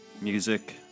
music